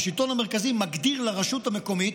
שהשלטון המרכזי מגדיר לרשות המקומית: